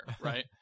right